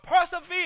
persevere